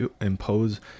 impose